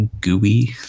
gooey